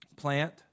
Plant